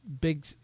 big